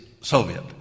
Soviet